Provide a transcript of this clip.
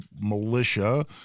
militia